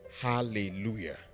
Hallelujah